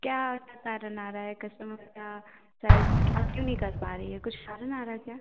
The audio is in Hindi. क्या कारण आ रहा है कस्टमर का सेल्स क्या क्यों नहीं कर पा रही है कुछ कारण आ रहा है क्या